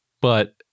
But-